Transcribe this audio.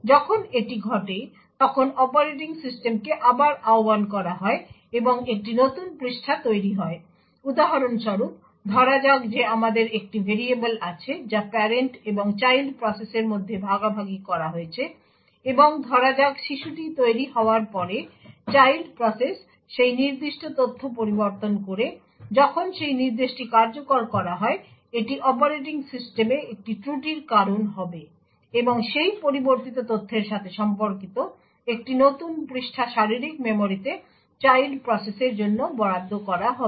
যখন এটি ঘটে তখন অপারেটিং সিস্টেমটিকে আবার আহ্বান করা হয় এবং একটি নতুন পৃষ্ঠা তৈরি হয় উদাহরণস্বরূপ ধরা যাক যে আমাদের একটি ভেরিয়েবল আছে যা প্যারেন্ট এবং চাইল্ড প্রসেসের মধ্যে ভাগাভাগি করা হয়েছে এবং ধরা যাক শিশুটি তৈরি হওয়ার পরে চাইল্ড প্রসেস সেই নির্দিষ্ট তথ্য পরিবর্তন করে যখন সেই নির্দেশটি কার্যকর করা হয় এটি অপারেটিং সিস্টেমে একটি ত্রুটির কারণ হবে এবং সেই পরিবর্তিত তথ্যের সাথে সম্পর্কিত একটি নতুন পৃষ্ঠা শারীরিক মেমরিতে চাইল্ড প্রসেসের জন্য বরাদ্দ করা হবে